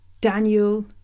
Daniel